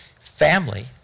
family